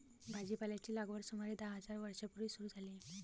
भाजीपाल्याची लागवड सुमारे दहा हजार वर्षां पूर्वी सुरू झाली